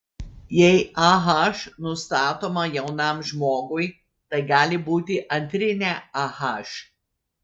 jei ah nustatoma jaunam žmogui tai gali būti antrinė ah